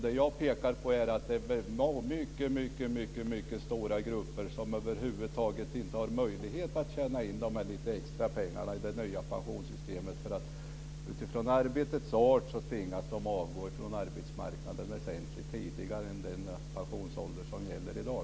Det jag pekar på är att det är mycket stora grupper som över huvud taget inte har möjlighet att tjäna in de extra pengarna i det nya pensionssystemet därför att arbetets art tvingar dem att avgå från arbetsmarknaden väsentligt tidigare än vid den pensionsålder som gäller i dag.